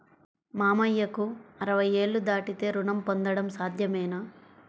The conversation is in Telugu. మామయ్యకు అరవై ఏళ్లు దాటితే రుణం పొందడం సాధ్యమేనా?